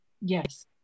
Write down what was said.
Yes